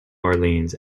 orleans